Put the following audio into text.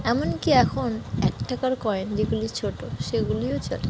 এমনকি এখন এক টাকার কয়েন যেগুলি ছোটো সেগুলিও ছোট